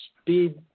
speed